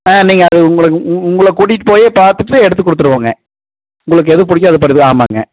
ஆ நீங்கள் அது உங்களுக்கு உங்களை கூட்டிகிட்டு போய்யே பார்த்துட்டு எடுத்து கொடுத்துடுவோங்க உங்களுக்கு எது பிடிக்கிதோ அது படிதான் ஆ ஆமாம்ங்க